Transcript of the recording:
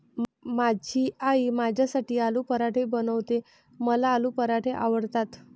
माझी आई माझ्यासाठी आलू पराठे बनवते, मला आलू पराठे आवडतात